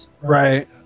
Right